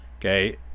Okay